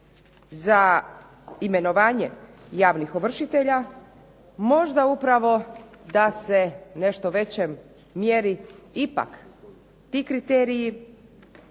za imenovanje javnih ovršitelja, možda da se u nešto većoj mjeri ipak ti kriteriji